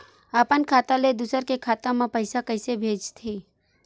अपन खाता ले दुसर के खाता मा पईसा कइसे भेजथे?